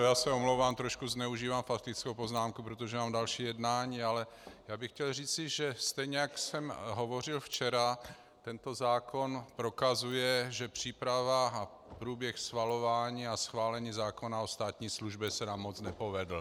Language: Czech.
Já se omlouvám, trošku zneužívám faktickou poznámku, protože mám další jednání, ale já bych chtěl říci, že stejně jako jsem hovořil včera, tento zákon prokazuje, že příprava, průběh schvalování a schválení zákona o státní službě se nám moc nepovedlo.